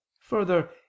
Further